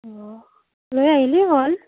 অঁ লৈ আহিলেই হ'ল